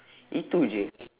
itu jer